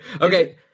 Okay